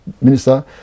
minister